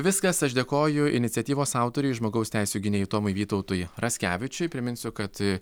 viskas aš dėkoju iniciatyvos autoriui žmogaus teisių gynėjui tomui vytautui raskevičiui priminsiu kad